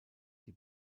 die